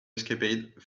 escapade